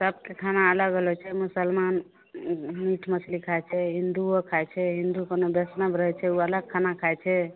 सबके खाना अलग अलग छै मुसलमान मीट मछली खाइ छै हिन्दुओ खाइ छै हिन्दू कोनो वैष्णव रहै छै ओ अलग खाना खाइ छै